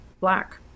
black